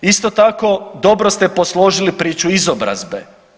Isto tako dobro ste posložili priču izobrazbe.